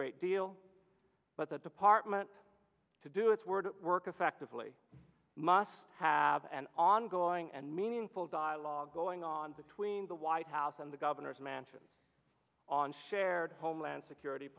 great deal but the department to do its work work effectively must have an ongoing and meaningful dialogue going on between the white house and the governor's mansion on shared homeland security